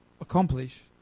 accomplish